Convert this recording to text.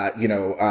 ah you know,